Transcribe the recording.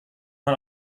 man